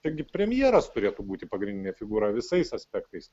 taigi premjeras turėtų būti pagrindinė figūra visais aspektais